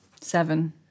Seven